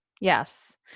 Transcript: Yes